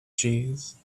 cheese